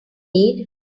need